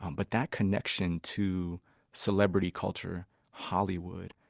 um but that connection to celebrity culture hollywood,